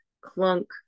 clunk